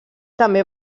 també